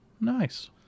Nice